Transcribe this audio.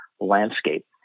landscape